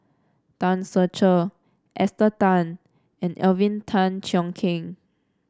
Tan Ser Cher Esther Tan and Alvin Tan Cheong Kheng